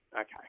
Okay